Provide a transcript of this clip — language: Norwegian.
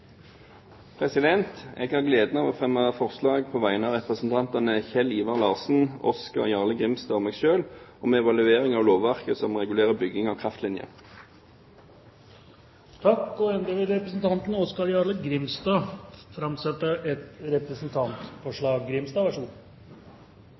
Jeg har gleden av å fremme forslag på vegne av representantene Kjell Ivar Larsen, Oskar Jarle Grimstad og meg selv om evaluering av lovverket som regulerer bygging av kraftlinjer. Representanten Oskar Jarle Grimstad vil framsette et